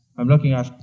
i'm look at,